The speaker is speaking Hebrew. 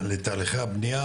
לתאריכי הבנייה,